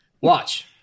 Watch